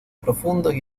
profundos